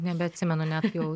nebeatsimenu net jau